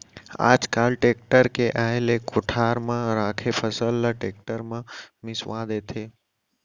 आज काल टेक्टर के आए ले कोठार म राखे फसल ल टेक्टर म मिंसवा देथे